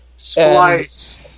Splice